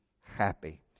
happy